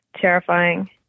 Terrifying